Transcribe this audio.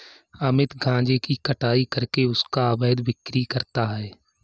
अमित गांजे की कटाई करके उसका अवैध बिक्री करता है